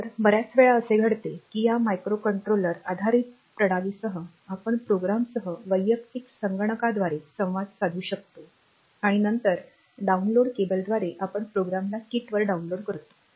तर बर्याच वेळा असे घडते की या मायक्रोकंट्रोलर आधारित प्रणालीसह आपण प्रोग्रामसह वैयक्तिक संगणकाद्वारे संवाद साधू शकतो आणि नंतर डाउनलोड केबलद्वारे आपण प्रोग्रामला किटवर डाउनलोड करतो